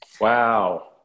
Wow